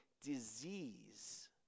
disease